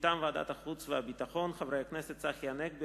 מטעם ועדת החוץ והביטחון: חברי הכנסת צחי הנגבי,